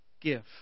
Give